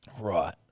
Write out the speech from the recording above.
Right